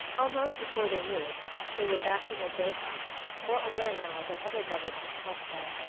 almost before they knew it they were back in the gray house, more aware now that other lovers had slept there,